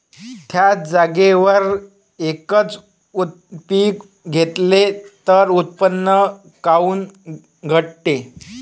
थ्याच जागेवर यकच पीक घेतलं त उत्पन्न काऊन घटते?